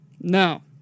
No